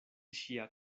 ŝia